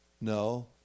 No